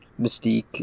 mystique